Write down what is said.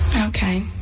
Okay